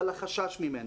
אבל החשש ממנה.